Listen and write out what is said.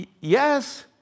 Yes